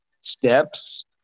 steps